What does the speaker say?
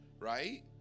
Right